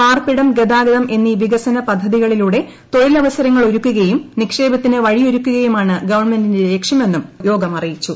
പാർപ്പിടം ഗതാഗതം എന്നീ വികസന പദ്ധതികളിലൂടെ തൊഴിലവസരങ്ങളൊരുക്കുകയും നിക്ഷേപത്തിനു വഴിയൊരുക്കുകയുമാണ് ഗവൺമെന്റിന്റെ ലക്ഷ്യമെന്നും യോഗം അറിയിച്ചു